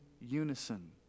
unison